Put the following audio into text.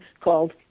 called